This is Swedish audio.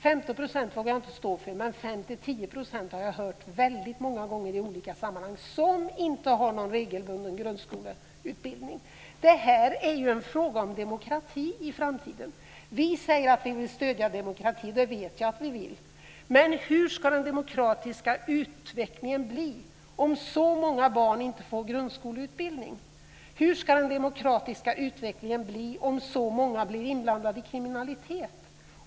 15 % vågar jag inte stå för, men att det är 5-10 % som inte går i regelbunden grundskoleutbildning har jag hört i många olika sammanhang. Detta är ju en fråga om demokrati i framtiden. Vi säger att vi vill stödja demokrati, och det vet jag att vi vill. Men hur ska den demokratiska utvecklingen bli om så många barn inte får grundskoleutbildning? Hur ska den demokratiska utvecklingen bli om så många blir inblandade i kriminalitet?